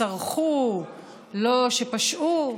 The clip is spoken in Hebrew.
לא שסרחו, לא שפשעו.